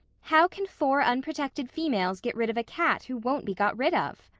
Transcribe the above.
how can four unprotected females get rid of a cat who won't be got rid of?